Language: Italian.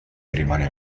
rimane